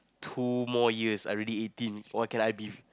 two more years I already eighteen what can I be